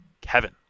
Kevin